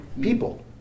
people